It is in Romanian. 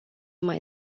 mai